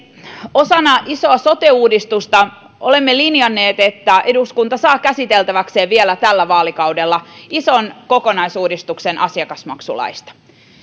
osana isoa sote uudistusta olemme linjanneet että eduskunta saa käsiteltäväkseen vielä tällä vaalikaudella ison kokonaisuudistuksen asiakasmaksulaista